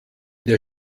der